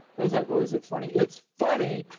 i was like, well, is it funny? it's funny,